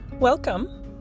Welcome